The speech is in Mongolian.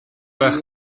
байх